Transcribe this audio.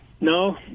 No